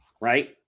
right